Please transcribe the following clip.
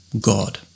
God